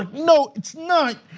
like, no, it's not.